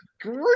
Great